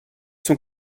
sont